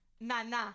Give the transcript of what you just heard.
Nana